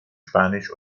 spanisch